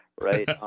right